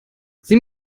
sieh